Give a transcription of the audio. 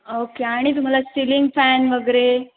okay आणि तुम्हाला ceiling fan वगैरे